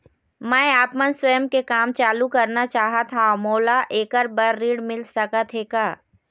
मैं आपमन स्वयं के काम चालू करना चाहत हाव, मोला ऐकर बर ऋण मिल सकत हे का?